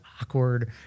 awkward